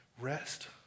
Rest